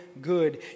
good